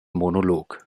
monolog